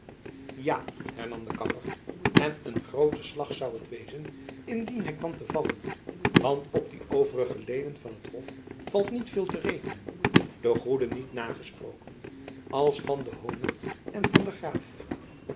ja hernam de kapper en een groote slag zoû het wezen indien hy kwam te vallen want op die overige leden van het hof valt niet veel te rekenen de goeden niet te na gesproken als van den honert en van der graef